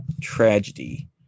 tragedy